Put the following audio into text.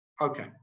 Okay